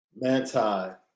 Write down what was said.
Manti